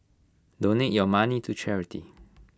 donate your money to charity